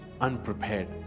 unprepared